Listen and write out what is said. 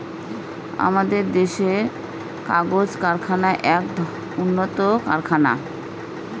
আমাদের দেশের কাগজ কারখানা এক উন্নতম কারখানা